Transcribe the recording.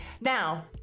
now